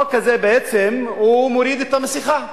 החוק הזה בעצם מוריד את המסכה,